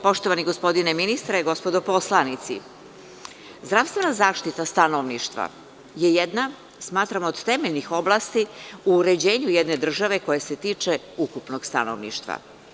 Poštovani gospodine ministre, gospodo poslanici, zdravstvena zaštita stanovništva je jedna od temeljnih oblasti u uređenju jedne države koja se tiče ukupnog stanovništva.